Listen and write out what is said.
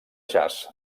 jazz